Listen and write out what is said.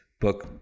book